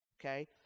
Okay